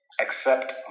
accept